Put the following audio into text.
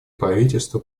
правительства